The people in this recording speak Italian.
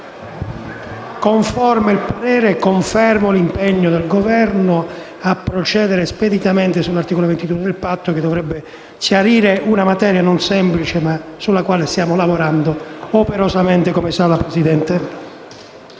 relatrice e confermo l'impegno del Governo a procedere speditamente sull'articolo 22 del Patto per la salute, che dovrebbe chiarire una materia non semplice, ma sulla quale stiamo lavorando operosamente, come sa la presidente